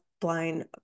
blind